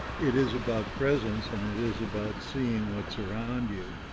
it is about presence, and it is about seeing what's around you.